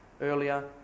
earlier